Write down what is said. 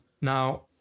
now